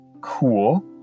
Cool